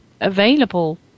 available